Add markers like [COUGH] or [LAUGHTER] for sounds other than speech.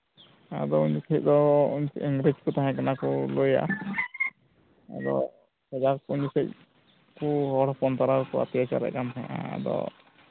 ᱟᱫᱚ ᱩᱱᱠᱩ ᱩᱱᱠᱩ ᱤᱝᱨᱮᱹᱡᱽ ᱠᱚ ᱛᱟᱦᱮᱸᱠᱟᱱᱟ ᱠᱚ ᱞᱟᱹᱭᱟ ᱟᱫᱚ [UNINTELLIGIBLE] ᱩᱱ ᱡᱚᱠᱷᱚᱱ ᱩᱱᱠᱩ ᱦᱚᱲ ᱦᱚᱯᱚᱞ ᱛᱟᱞᱟ ᱨᱮᱠᱚ ᱚᱛᱛᱟᱪᱟᱨᱮᱫ ᱠᱟᱱ ᱛᱟᱦᱮᱸᱫᱼᱟ ᱟᱫᱚ